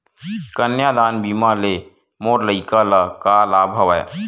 कन्यादान बीमा ले मोर लइका ल का लाभ हवय?